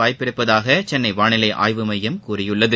வாய்ப்புள்ளதாக சென்னை வானிலை ஆய்வு மையம் கூறியுள்ளது